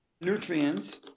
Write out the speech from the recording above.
nutrients